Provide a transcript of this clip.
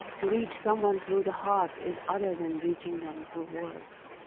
to reach someone through the heart is other than reaching them through words.